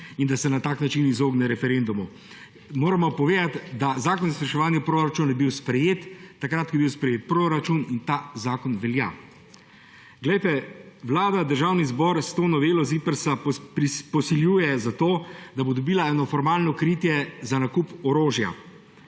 da se na tak način izogne referendumu. Moram pa povedati, da je bil zakon o izvrševanju proračuna sprejet takrat, ko je bil sprejet proračun, in ta zakon velja. Vlada Državni zbor s to novelo ZIPRS posiljuje, da bo dobila eno formalno kritje za nakup orožja.